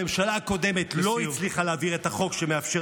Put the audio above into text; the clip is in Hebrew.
הממשלה הקודמת לא הצליחה להעביר את החוק שמאפשר